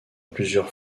plusieurs